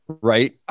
Right